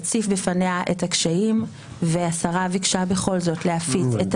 הציף בפניה את הקשיים והשרה ביקשה בכל זאת להפיץ את